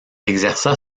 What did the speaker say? exerça